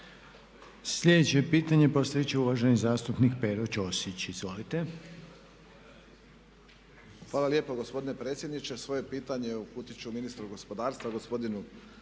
Sljedeće pitanje postaviti će uvaženi zastupnik Pero Ćosić. **Ćosić, Pero (HDZ)** Hvala lijepa gospodine predsjedniče. Svoje pitanje uputiti ću ministru gospodarstva gospodinu